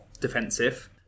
defensive